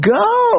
go